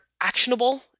actionable